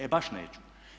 E baš neću!